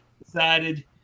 excited